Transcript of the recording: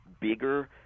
bigger